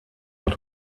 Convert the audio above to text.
what